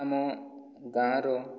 ଆମ ଗାଁର